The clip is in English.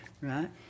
right